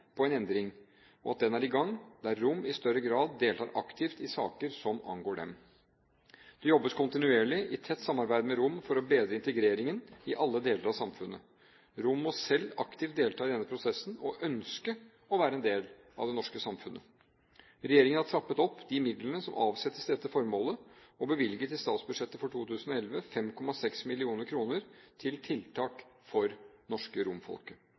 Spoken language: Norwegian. på at en endring er i gang, der romene i større grad deltar aktivt i saker som angår dem. Det jobbes kontinuerlig, i tett samarbeid med romene, for å bedre integreringen i alle deler av samfunnet. Romene må selv aktivt delta i denne prosessen og ønske å være en del av det norske samfunnet. Regjeringen har trappet opp de midlene som avsettes til dette formålet, og bevilget i statsbudsjettet for 2011 5,6 mill. kr til tiltak for norske